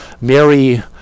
Mary